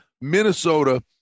Minnesota